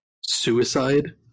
suicide